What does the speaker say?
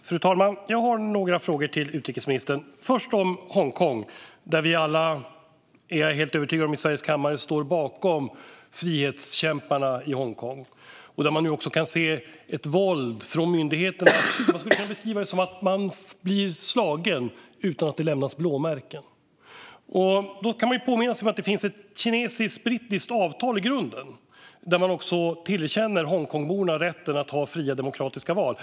Fru talman! Jag har några frågor till utrikesministern. Den första gäller Hongkong. Jag är helt övertygad om att vi alla här i riksdagens kammare står bakom frihetskämparna i Hongkong. Där kan man nu se ett våld från myndigheterna. Man skulle kunna beskriva det som att människor blir slagna utan att det lämnas blåmärken. Då kan man påminna sig om att det finns ett kinesiskt-brittiskt avtal i grunden, där Hongkongborna tillerkänns rätten att ha fria och demokratiska val.